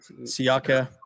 Siaka